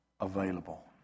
available